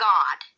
God